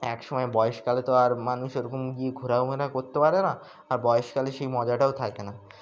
এক সময় বয়সকালে তো আর মানুষ এরকম গিয়ে ঘোরাফেরা করতে পারে না আর বয়সকালে সেই মজাটাও থাকে না